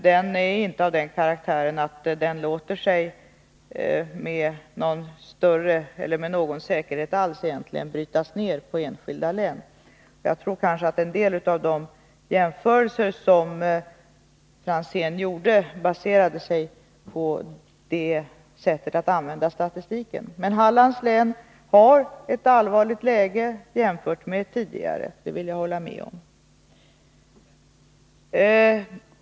Den är inte av den karaktären att den låter sig med någon säkerhet tillämpas på enskilda län. Jag tror att en del av de jämförelser som Ivar Franzén gjorde baserade sig på det sättet att använda statistiken. Men Hallands län har ett allvarligt läge jämfört med vad länet hade tidigare — det vill jag hålla med om.